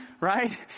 right